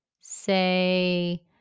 say